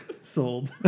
Sold